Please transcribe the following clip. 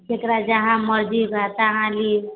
जेकरा जहाँ मरजी हुए तहाॅं ली